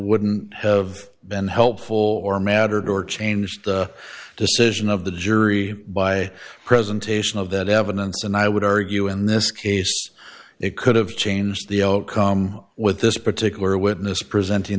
wouldn't have been helpful or mattered or changed the decision of the jury by presentation of that evidence and i would argue in this case it could have changed the outcome with this particular witness presenting